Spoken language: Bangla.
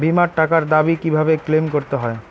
বিমার টাকার দাবি কিভাবে ক্লেইম করতে হয়?